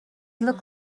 look